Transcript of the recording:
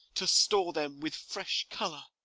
to store them with fresh colour